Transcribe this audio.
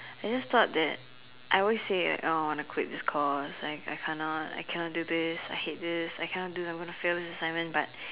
I just thought that I always say like oh I want to quit this course like I cannot I cannot do this I hate this I cannot do I'm going to fail this assignment but